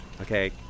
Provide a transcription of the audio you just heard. okay